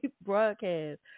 broadcast